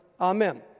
Amen